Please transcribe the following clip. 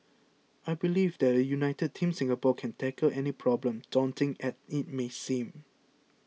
I believe that a united Team Singapore can tackle any problem daunting as it may seem